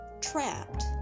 trapped